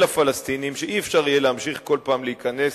ולפלסטינים שאי-אפשר להמשיך כל פעם להיכנס